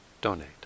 donate